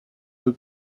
peu